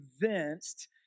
convinced